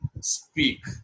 speak